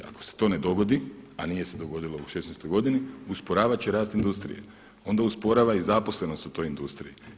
Ako se to ne dogodi a nije se dogodilo u 2016. godini usporavat će rast industrije, onda usporava i zaposlenost u toj industriji.